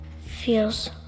Feels